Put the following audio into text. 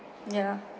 ya